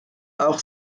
auch